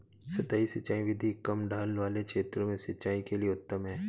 सतही सिंचाई विधि कम ढाल वाले क्षेत्रों में सिंचाई के लिए उत्तम है